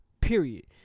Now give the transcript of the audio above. period